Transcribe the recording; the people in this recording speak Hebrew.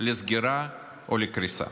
לסגירה או לקריסה.